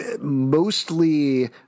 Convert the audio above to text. Mostly